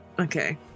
Okay